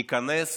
ניכנס